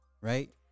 right